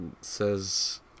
says